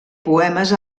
poemes